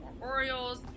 Orioles